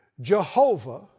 Jehovah